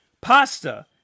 Pasta